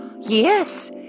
Yes